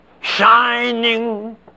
shining